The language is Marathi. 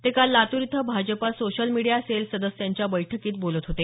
ते काल लातूर इथं भाजपा सोशल मीडिया सेल सदस्यांच्या बैठकीत ते बोलत होते